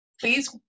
please